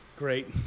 Great